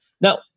Now